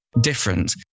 different